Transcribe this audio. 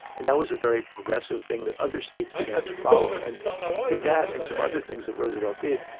and that was a very progressive thing that other states began to follow, and through that and some other things that roosevelt did,